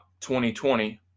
2020